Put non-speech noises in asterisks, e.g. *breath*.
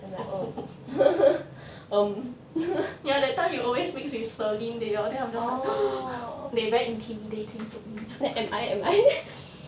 *laughs* ya that time you always mix with serene they all then I'm just like *breath* they very intimidating 这样